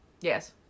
Yes